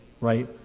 Right